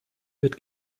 wird